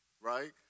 right